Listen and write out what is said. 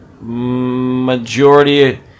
majority